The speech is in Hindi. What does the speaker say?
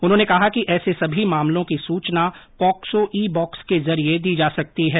उन्होंने कहा कि ऐसे सभी मामलों की सूचना पॉक्सो ई बॉक्स के जरिए दी जा सकती है